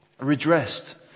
redressed